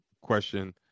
question